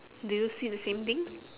do you see the same thing